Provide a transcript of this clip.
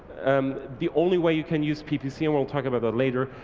um the only way you can use ppc, and we'll talk about that later,